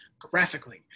graphically